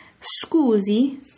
Scusi